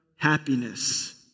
happiness